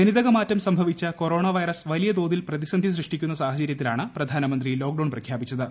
ജനിതകമാറ്റം സംഭവിച്ച corona virus വലിയതോതിൽ പ്രതിസന്ധി സൃഷ്ടിക്കുന്ന സാഹചര്യത്തിലാണ് പ്രധാനമന്ത്രി ട്ലോക്ക്ഡൌൺ പ്രഖ്യാപിച്ചത്